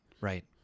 right